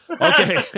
Okay